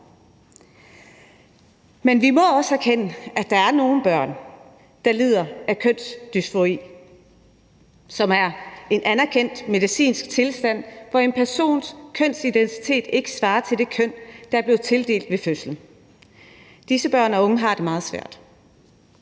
Men vi må også erkende, at der er nogle børn, der lider af kønsdysfori, som er en anerkendt medicinsk tilstand, hvor en persons kønsidentitet ikke svarer til det køn, der er blevet vedkommende tildelt ved fødslen. Disse børn og unge har det meget svært.